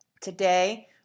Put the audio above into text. Today